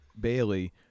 Bailey